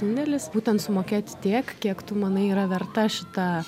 indėlis būtent sumokėti tiek kiek tu manai yra verta šita